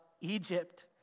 Egypt